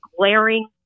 glaring